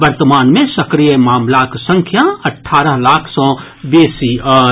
वर्तमान मे सक्रिय मामिलाक संख्या अठारह लाख सँ बेसी अछि